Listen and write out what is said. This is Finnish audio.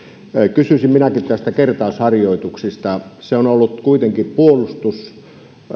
kysyisin minäkin näistä kertausharjoituksista se on ollut kuitenkin